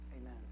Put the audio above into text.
Amen